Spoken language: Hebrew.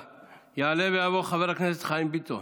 יעלה ויבוא חבר הכנסת חיים ביטון,